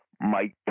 Mike